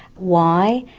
why,